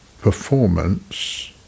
performance